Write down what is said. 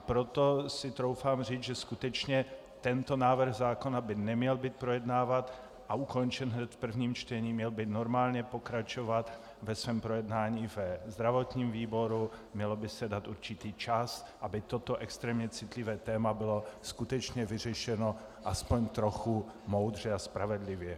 Proto si troufám říct, že skutečně tento návrh zákona by neměl být projednáván a ukončen hned v prvním čtení, měl by normálně pokračovat ve svém projednávání ve zdravotním výboru, měl by se dát určitý čas, aby toto extrémně citlivé téma bylo skutečně vyřešeno aspoň trochu moudře a spravedlivě.